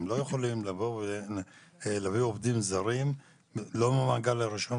הם לא יכולים לבוא ולהביא עובדים זרים לא מהמעגל השני.